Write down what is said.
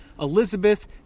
Elizabeth